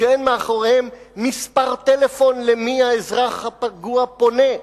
שאין מאחוריהם מספר טלפון למי האזרח הפגוע פונה,